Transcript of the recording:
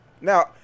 Now